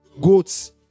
goats